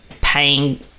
paying